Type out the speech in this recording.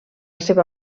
seva